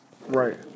Right